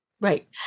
Right